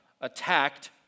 attacked